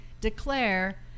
declare